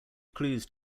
clues